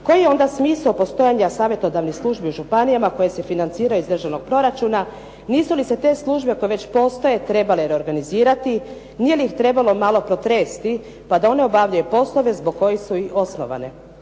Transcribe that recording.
Koji je onda smisao postojanja savjetodavnih službi u županijama koje se financiraju iz državnog proračuna? Nisu li se te službe koje već postoje trebale reorganizirati? Nije li ih trebalo malo protresti pa da one obavljaju poslove zbog kojih su i osnovane?